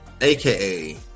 AKA